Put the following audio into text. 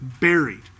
buried